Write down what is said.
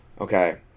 okay